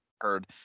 heard